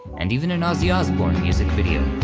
and even an ozzy osbourne music video.